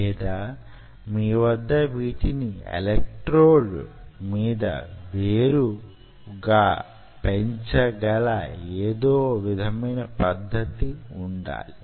లేదా మీ వద్ద వీటిని ఎలక్ట్రోడ్ మీద వేరే పెంచగల యేదో విధమైన పద్ధతి వుండాలి